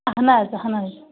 اہن حظ اہن حظ